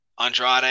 Andrade